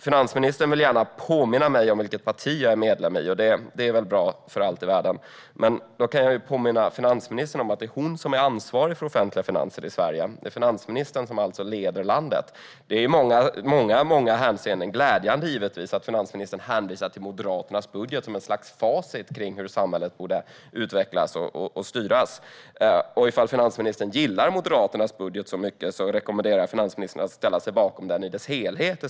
Finansministern vill gärna påminna mig om vilket parti jag är medlem i, och det är väl bra, för allt i världen. Men jag kan påminna finansministern om att det är hon som är ansvarig för de offentliga finanserna i Sverige. Det är alltså finansministern som leder landet. Det är givetvis i många hänseenden glädjande att finansministern hänvisar till Moderaternas budget som ett slags facit för hur samhället borde utvecklas och styras. Om finansministern gillar Moderaternas budget så mycket rekommenderar jag henne att ställa sig bakom den i dess helhet.